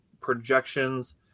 projections